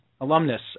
Alumnus